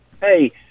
Hey